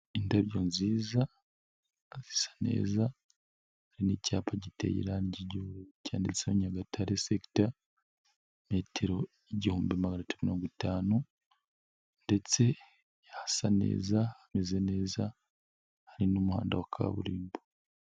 Indabyo nziza zisa neza, hari n'icyapa giteye irangiry'ubururu. Cyanditse Nyagatare sector metero igihumbi magana tatu mirongo itanu ndetse hasa neza, hameze neza. Hari n'umuhanda wa kaburimbo